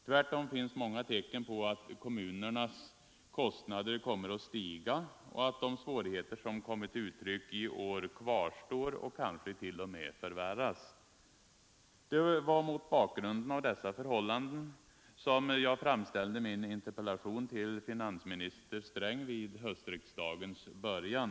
Tvärtom finns det många tecken på att kommunernas kostnader kommer Nr 132 att stiga och att de svårigheter som kommit till uttryck i år kvarstår Måndagen den och kanske t.o.m. förvärras. 2 december 1974 Det var mot bakgrund av dessa förhållanden som jag framställdemin = interpellation till finansminister Sträng vid höstriksdagens början.